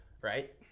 Right